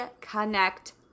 connect